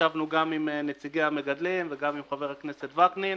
ישבנו גם עם נציגי המגדלים וגם עם חבר הכנסת וקנין,